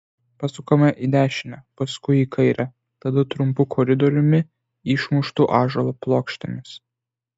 pasukame į dešinę paskui į kairę tada trumpu koridoriumi išmuštu ąžuolo plokštėmis